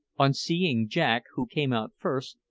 on seeing jack, who came out first,